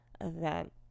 event